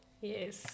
Yes